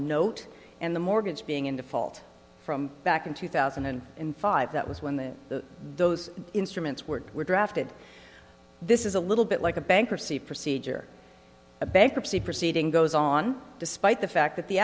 note and the mortgage being in default from back in two thousand and five that was when the those instruments were were drafted this is a little bit like a bankruptcy procedure a bankruptcy proceeding goes on despite the fact that the